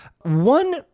One